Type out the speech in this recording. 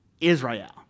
Israel